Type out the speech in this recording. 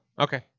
Okay